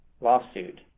lawsuit